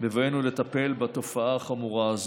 בבואנו לטפל בתופעה החמורה הזאת.